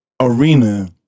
arena